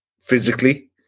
physically